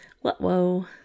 Whoa